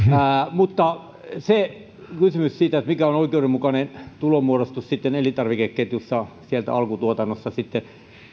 mutta se kysymys siitä mikä on oikeudenmukainen tulonmuodostus elintarvikeketjussa siellä alkutuotannossa sitten